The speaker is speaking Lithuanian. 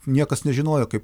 niekas nežinojo kaip